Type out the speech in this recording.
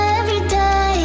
everyday